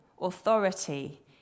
authority